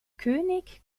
könig